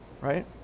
right